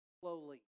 slowly